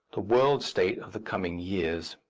the world-state of the coming years.